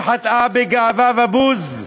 על חטא שחטאה בגאווה ובוז.